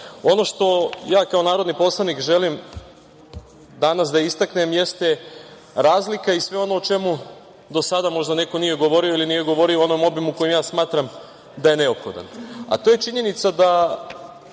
što ja kao narodni poslanik želim danas da istaknem jeste razlika i sve ono o čemu do sada možda neko nije govorio ili nije govorio u onom obimu u kojem ja smatram da je neophodno, a to je činjenica da